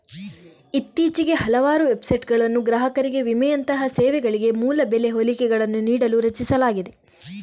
ಇತ್ತೀಚೆಗೆ ಹಲವಾರು ವೆಬ್ಸೈಟುಗಳನ್ನು ಗ್ರಾಹಕರಿಗೆ ವಿಮೆಯಂತಹ ಸೇವೆಗಳಿಗೆ ಮೂಲ ಬೆಲೆ ಹೋಲಿಕೆಗಳನ್ನು ನೀಡಲು ರಚಿಸಲಾಗಿದೆ